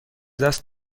دست